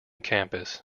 campus